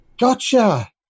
Gotcha